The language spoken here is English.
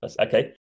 Okay